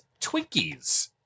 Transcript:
Twinkies